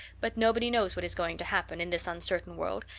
but nobody knows what is going to happen in this uncertain world,